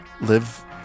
live